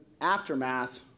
aftermath